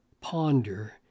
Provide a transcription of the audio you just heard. ponder